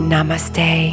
Namaste